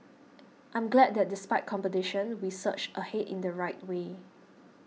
I'm glad that despite competition we surged ahead in the right way